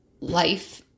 life